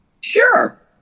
sure